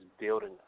building